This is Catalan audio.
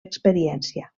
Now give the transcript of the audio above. experiència